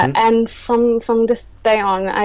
and from from this day on